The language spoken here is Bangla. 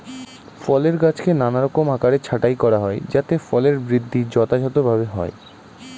ফলের গাছকে নানারকম আকারে ছাঁটাই করা হয় যাতে ফলের বৃদ্ধি যথাযথভাবে হয়